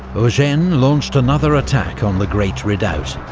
eugene launched another attack on the great redoubt.